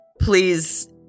please